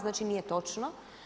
Znači, nije točno.